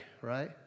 right